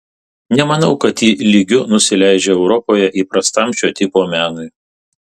nemanau kad ji lygiu nusileidžia europoje įprastam šio tipo menui